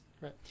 Right